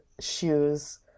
shoes